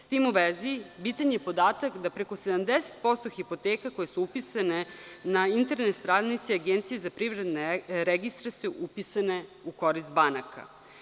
Sa tim u vezi, bitan je podatak da preko 70% hipoteka koje su upisane na internet stranici Agencije za privredne jezike su upisane u korist banaka.